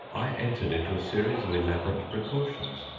i entered into a series of elaborate precautions.